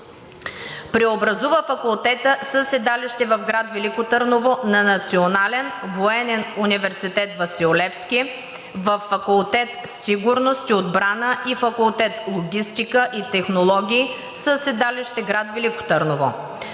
Преобразува факултета със седалище в град Велико Търново на Национален военен университет „Васил Левски“, във факултет „Сигурност и отбрана“ и факултет „Логистика и технологии“ със седалища в град Велико Търново.